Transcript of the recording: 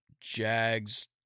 Jags